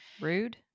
Rude